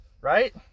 Right